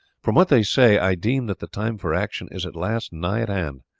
from what they say i deem that the time for action is at last nigh at hand.